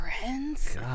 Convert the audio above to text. friends